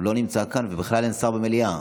לא נמצא כאן, ובכלל אין שר במליאה.